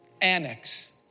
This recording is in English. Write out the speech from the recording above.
Annex